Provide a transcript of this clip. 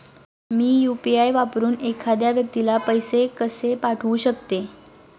मी UPI वापरून एखाद्या व्यक्तीला पैसे कसे पाठवू शकते?